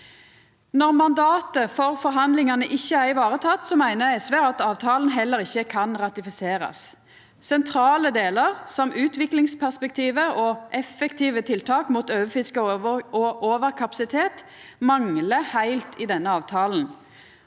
Når mandatet for forhandlingane ikkje er vareteke, meiner SV at avtalen heller ikkje kan ratifiserast. Sentrale delar, som utviklingsperspektivet og effektive tiltak mot overfiske og overkapasitet, manglar heilt i denne avtalen.